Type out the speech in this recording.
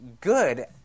good